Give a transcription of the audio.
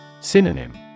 Synonym